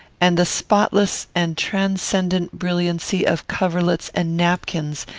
and the spotless and transcendent brilliancy of coverlets and napkins,